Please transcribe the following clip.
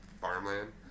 farmland